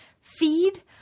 feed